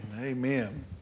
amen